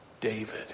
David